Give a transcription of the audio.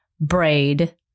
braid